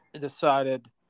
decided